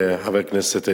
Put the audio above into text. חבר הכנסת,